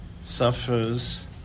suffers